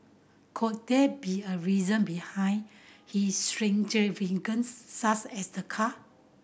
could that be a reason behind his such as the car